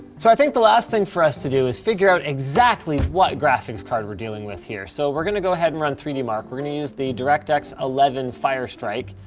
so i think the last thing for us to do is figure out exactly what graphics card we're dealing with here. so, we're gonna go ahead and run three and dmark. we're gonna use the directx eleven fire strike.